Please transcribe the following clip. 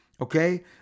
okay